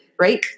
right